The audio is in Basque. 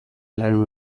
lan